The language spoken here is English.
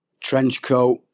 Trenchcoat